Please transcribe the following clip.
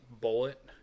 bullet